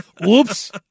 Whoops